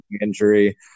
injury